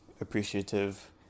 appreciative